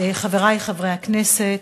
חברי חברי הכנסת,